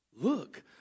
Look